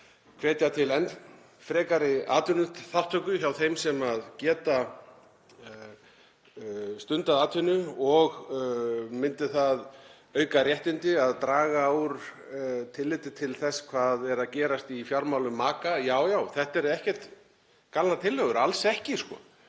hvetja til enn frekari atvinnuþátttöku hjá þeim sem geta stundað atvinnu og myndi það auka réttindi að draga úr tilliti til þess hvað er að gerast í fjármálum maka? Já, já, þetta eru ekkert galnar tillögur, alls ekki.